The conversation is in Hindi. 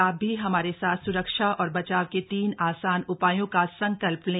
आप भी हमारे साथ सुरक्षा और बचाव के तीन आसान उपायों का संकल्प लें